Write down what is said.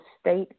state